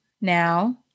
now